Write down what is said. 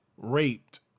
raped